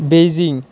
Beijing